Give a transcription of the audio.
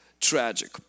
tragic